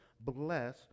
bless